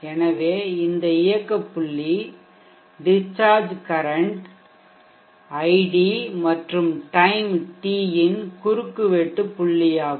எனவே இந்த இயக்க புள்ளி டிஷ்சார்ஜ் கரன்ட் ஐடி மற்றும் டைம் டி இன் குறுக்குவெட்டுப்புள்ளியாகும்